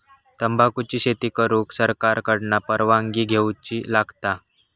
तंबाखुची शेती करुक सरकार कडना परवानगी घेवची लागता